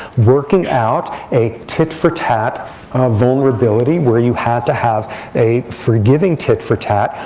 working out a tit for tat vulnerability where you had to have a forgiving tit for tat,